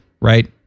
right